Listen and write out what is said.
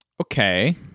Okay